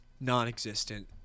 non-existent